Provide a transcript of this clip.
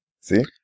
See